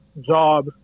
job